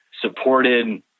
supported